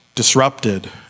disrupted